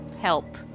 Help